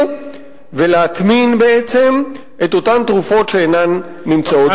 ולהטמין בעצם את אותן תרופות שאינן נמצאות בשימוש.